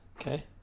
Okay